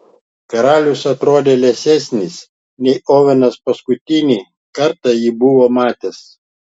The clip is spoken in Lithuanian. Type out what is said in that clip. karalius atrodė liesesnis nei ovenas paskutinį kartą jį buvo matęs